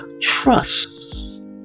Trust